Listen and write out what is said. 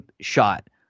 shot